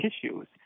tissues